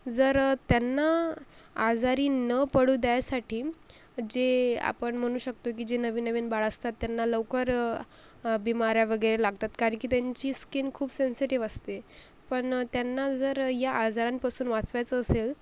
जर त्यांना आजारी न पडू द्यायसाठी जे आपण म्हणू शकतो की जे नवीन नवीन बाळं असतात त्यांना लवकर बिमाऱ्या वगैरे लागतात कारण की त्यांची स्किन खूप सेन्सिटिव्ह असते पण त्यांना जर या आजारांपासून वाचवायचं असेल